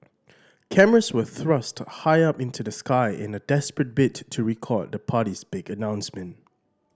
cameras were thrust high up into the sky in a desperate bid to record the party's big announcement